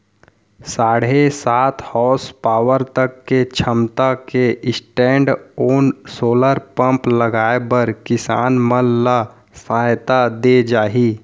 साढ़े सात हासपावर तक के छमता के स्टैंडओन सोलर पंप लगाए बर किसान मन ल सहायता दे जाही